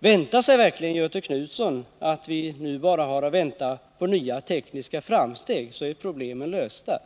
Tror verkligen Göthe Knutson att vi nu bara har att vänta på nya tekniska framsteg och att problemen sedan är 137 lösta?